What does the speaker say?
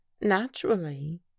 naturally